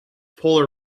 polar